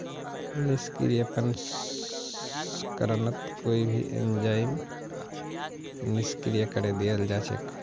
निष्क्रिय प्रसंस्करणत कोई भी एंजाइमक निष्क्रिय करे दियाल जा छेक